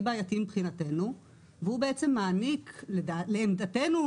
בעייתי מבחינתנו והוא מעניק לעמדתנו,